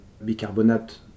bicarbonate